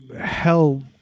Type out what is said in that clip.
hell